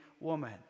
woman